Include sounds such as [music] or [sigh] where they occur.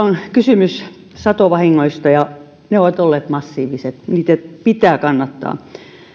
[unintelligible] on kysymys satovahingoista ja ne ovat olleet massiiviset niitä pitää korvata